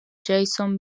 jason